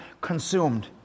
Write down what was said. consumed